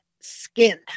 skin